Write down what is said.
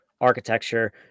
architecture